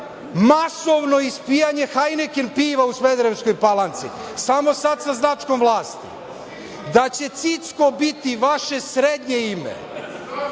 masovno ispijanje „Hajneken“ piva u Smederevskoj Palanci samo sada sa značkom vlasti, da će „Cicko“ biti vaše srednje ime,